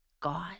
God